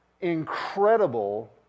incredible